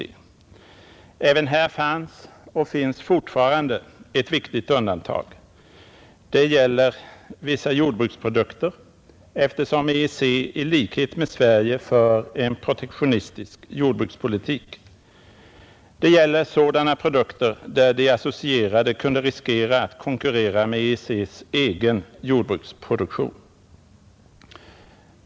Även här fanns och finns fortfarande ett viktigt undantag. Det gäller vissa jordbruksprodukter, eftersom EEC i likhet med Sverige för en protektionistisk jordbrukspolitik. Det gäller sådana produkter, där de associerade kunde riskera att konkurrera med EEC:s egen jordbruksproduktion.